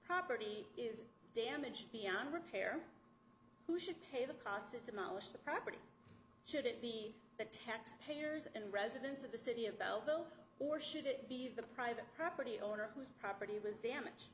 property is damaged beyond repair who should pay the cost to demolish the property should it be that tax payers and residents of the city of bell bill or should it be the private property owner whose property was damage